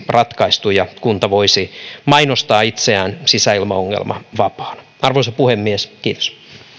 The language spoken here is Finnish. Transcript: ratkaistu ja kunta voisi mainostaa itseään sisäilmaongelmavapaaksi arvoisa puhemies kiitos